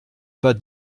pas